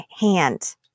hand